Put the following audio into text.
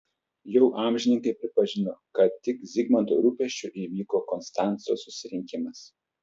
jau amžininkai pripažino kad tik zigmanto rūpesčiu įvyko konstanco susirinkimas